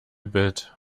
bit